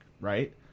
Right